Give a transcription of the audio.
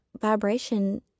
vibration